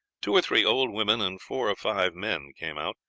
two or three old women and four or five men came out,